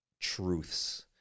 truths